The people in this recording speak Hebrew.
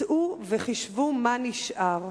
צאו וחשבו מה נשאר.